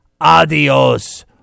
adios